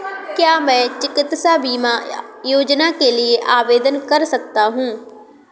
क्या मैं चिकित्सा बीमा योजना के लिए आवेदन कर सकता हूँ?